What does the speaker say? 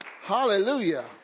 Hallelujah